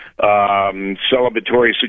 celebratory